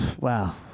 Wow